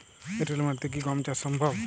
এঁটেল মাটিতে কি গম চাষ সম্ভব?